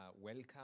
welcome